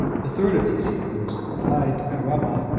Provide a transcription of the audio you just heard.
the third of these heroes, the blind arabah,